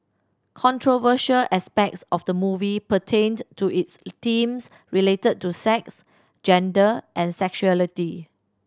controversial aspects of the movie pertained to its themes related to sex gender and sexuality